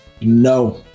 No